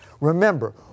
Remember